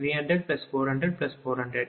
6 30040040026